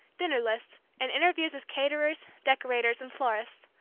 dinner lists, and interviews with caterers, decorators, and florists,